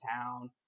town